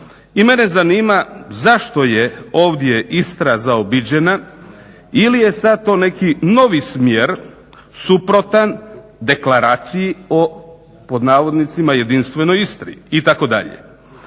i mene zanima zašto je ovdje Istra zaobiđena ili je sad to neki novi smjer suprotan deklaraciji o "jedinstvenoj Istri" itd.